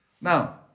now